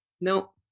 No